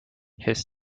his